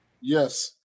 Yes